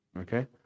okay